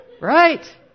Right